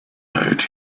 night